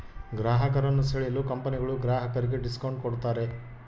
ಗ್ರಾಹಕರನ್ನು ಸೆಳೆಯಲು ಕಂಪನಿಗಳು ಗ್ರಾಹಕರಿಗೆ ಡಿಸ್ಕೌಂಟ್ ಕೂಡತಾರೆ